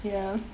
ya